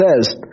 says